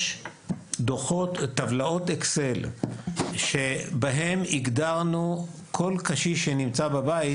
יש טבלאות Excel בהן הגדרנו כל קשיש שנמצא בבית,